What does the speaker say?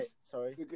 sorry